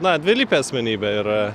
na dvilypė asmenybė yra